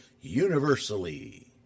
universally